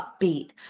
upbeat